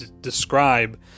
describe